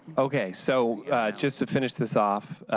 okay so just to finish this off.